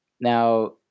Now